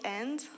end